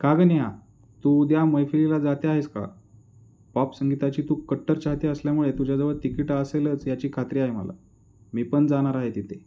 का ग नेहा तू उद्या मैफिलीला जाते आहेस का पॉप संगीताची तू कट्टर चाहती असल्यामुळे तुझ्याजवळ तिकीट असेलच याची खात्री आहे मला मी पण जाणार आहे तिथे